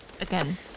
Again